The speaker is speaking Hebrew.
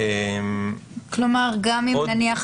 במהלך החקיקה לעמוד על זה שאנחנו נותנים מענה גם למי שקובע,